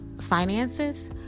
finances